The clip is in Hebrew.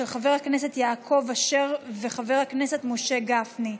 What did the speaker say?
של חבר הכנסת יעקב אשר ושל חבר הכנסת משה גפני.